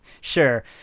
sure